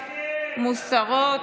מוסרות.